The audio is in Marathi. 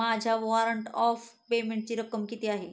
माझ्या वॉरंट ऑफ पेमेंटची रक्कम किती आहे?